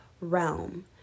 realm